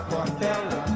Portela